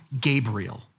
Gabriel